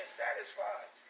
satisfied